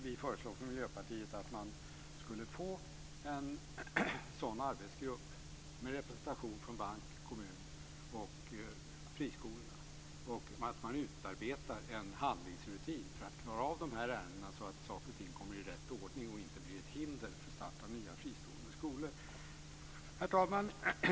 Vi föreslår från Miljöpartiet att man skulle få en sådan arbetsgrupp med representation från bank, kommun och friskolorna, och att man utarbetar en handlingsrutin för att klara av de här ärendena så att saker och ting kommer i rätt ordning och inte blir ett hinder för att starta nya fristående skolor. Herr talman!